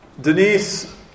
Denise